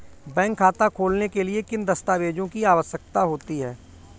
Bank खाता खोलने के लिए किन दस्तावेजों की आवश्यकता होती है?